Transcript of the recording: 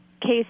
case